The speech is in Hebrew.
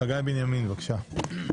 חגי בנימין, בבקשה.